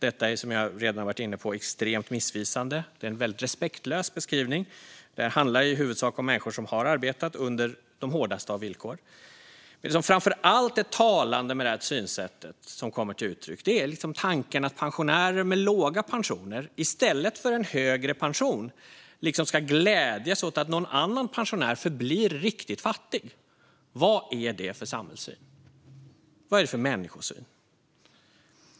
Detta är, som jag redan har varit inne på, extremt missvisande. Det är en respektlös beskrivning. Det handlar i huvudsak om människor som har arbetat under de hårdaste av villkor. Men det som framför allt är talande med det synsätt som kommer till uttryck är tanken att pensionärer med låga pensioner i stället för att få en högre pension ska glädjas åt att någon annan pensionär förblir riktigt fattig. Vad är det för samhällssyn? Vad är det för människosyn?